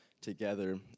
together